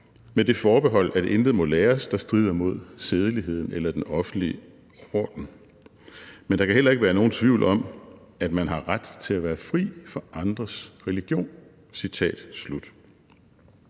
med det forbehold at intet må læres, der strider mod sædeligheden eller den offentlige orden, men der kan heller ikke være nogen tvivl om, at man har ret til at være fri for andres religion.